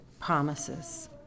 promises